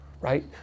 right